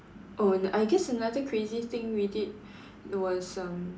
oh I guess another crazy thing we did was um